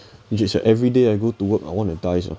which is your everyday I go to work I want die sia